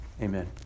Amen